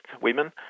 women